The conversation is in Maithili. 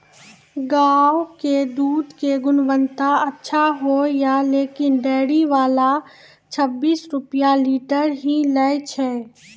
गांव के दूध के गुणवत्ता अच्छा होय या लेकिन डेयरी वाला छब्बीस रुपिया लीटर ही लेय छै?